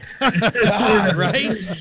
right